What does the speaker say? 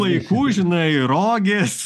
laikų žinai rogės